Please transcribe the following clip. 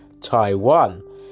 Taiwan